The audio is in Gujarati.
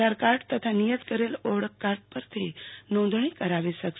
આધારકાર્ડ તથા નિયત કરેલ ઓળખ પરથી નોંધણી કરાવી શકાશે